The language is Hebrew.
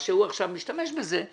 מה שהוא עכשיו משתמש בזה.